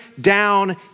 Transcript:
down